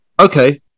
Okay